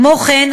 כמו כן,